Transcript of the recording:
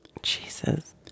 Jesus